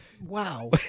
wow